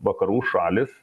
vakarų šalys